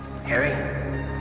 Harry